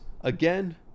again